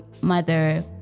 mother